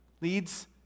leads